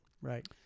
right